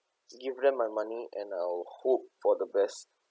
give them my money and I'll hope for the best